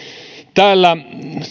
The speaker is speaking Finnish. täällä